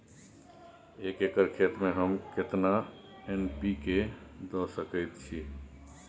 एक एकर खेत में हम केतना एन.पी.के द सकेत छी?